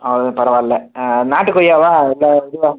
ஆ பரவாயில்ல நாட்டு கொய்யாவா இல்லை இதுவா